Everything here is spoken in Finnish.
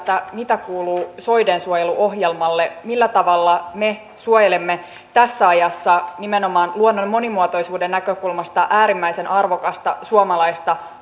mitä kuuluu soidensuojeluohjelmalle millä tavalla me suojelemme tässä ajassa nimenomaan luonnon monimuotoisuuden näkökulmasta äärimmäisen arvokasta suomalaista